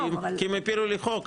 אם הפילו לי חוק,